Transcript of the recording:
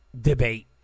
debate